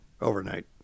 Overnight